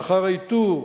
לאחר האיתור,